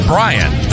Brian